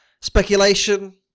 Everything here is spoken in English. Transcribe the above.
speculation